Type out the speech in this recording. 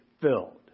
filled